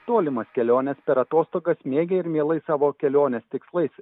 tolimas keliones per atostogas mėgę ir mielai savo kelionės tikslais